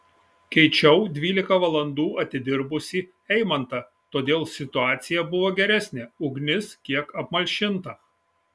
keičiau dvylika valandų atidirbusį eimantą todėl situacija buvo geresnė ugnis kiek apmalšinta